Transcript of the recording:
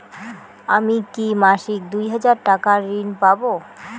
আমি কি মাসিক দুই হাজার টাকার ঋণ পাব?